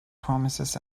promises